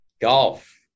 golf